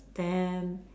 then